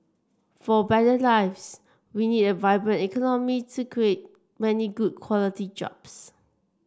for better lives we need a vibrant economy to create many good quality jobs